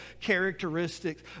characteristics